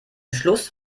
schluss